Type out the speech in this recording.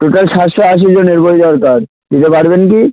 total সাতশো আশি জনের বই দরকার দিতে পারবেন কি